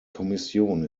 kommission